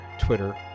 Twitter